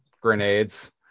grenades